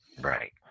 Right